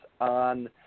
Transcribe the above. on